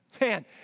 Man